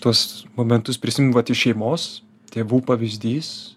tuos momentus prisimenu vat iš šeimos tėvų pavyzdys